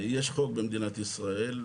במדינת ישראל,